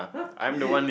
!huh! is it